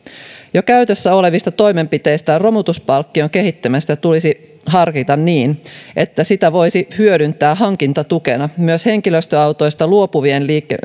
jo käytössä olevista toimenpiteistä romutuspalk kion kehittämistä tulisi harkita niin että sitä voisi hyödyntää hankintatukena myös henkilöautoista luopuvien